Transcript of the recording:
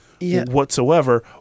whatsoever